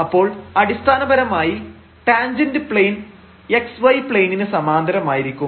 അപ്പോൾ അടിസ്ഥാനപരമായി tangent plane x y പ്ലെയിനിന് സമാന്തരമായിരിക്കും